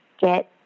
get